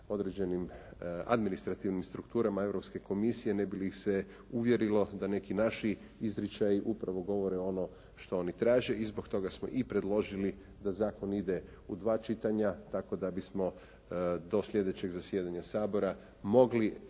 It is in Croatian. određenim administrativnim strukturama Europske komisije ne bi li ih se uvjerilo da neki naši izričaji upravo govore ono što oni traže i zbog toga smo i predložili da zakon ide u dva čitanja tako da bismo do sljedećeg zasjedanja Sabora mogli